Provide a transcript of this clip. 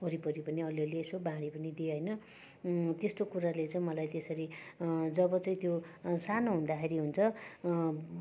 वरिपरि पनि अलिअलि यसो बाँडी पनि दिएँ होइन त्यस्तो कुराले चाहिँ त्यसरी जब त्यो सानो हुँदाखेरि हुन्छ